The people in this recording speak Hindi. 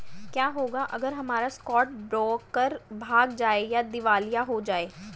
क्या होगा अगर हमारा स्टॉक ब्रोकर भाग जाए या दिवालिया हो जाये?